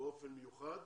באופן מיוחד,